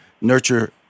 nurture